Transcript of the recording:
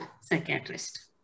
psychiatrist